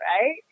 right